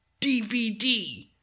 DVD